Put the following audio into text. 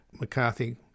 McCarthy